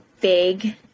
big